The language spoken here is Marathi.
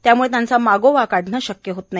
त्यामुळे त्यांचा मागोवा काढणं शक्य होत नाही